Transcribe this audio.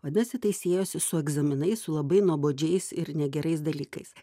vadinasi tai siejosi su egzaminai su labai nuobodžiais ir negerais dalykais